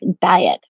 diet